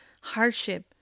hardship